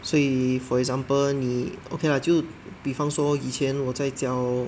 所以 for example 你 okay lah 就比方说以前我在教